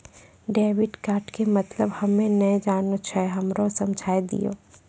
Debit card के मतलब हम्मे नैय जानै छौ हमरा समझाय दियौ?